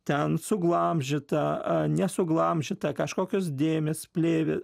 ten suglamžyta a nesuglamžyta kažkokios dėmės plėvė